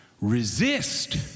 resist